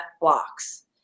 blocks